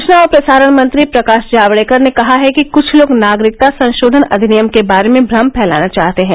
सूचना और प्रसारण मंत्री प्रकाश जावड़ेकर ने कहा है कि कुछ लोग नागरिकता संशोधन अधिनियम के बारे में भ्रम फैलाना चाहते हैं